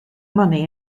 money